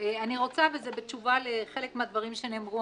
בתשובה לחלק מהדברים שנאמרו,